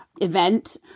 event